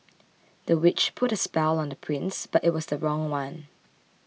the witch put a spell on the prince but it was the wrong one